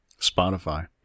Spotify